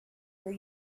were